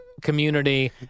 community